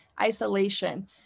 isolation